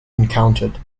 encountered